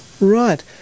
Right